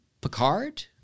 Picard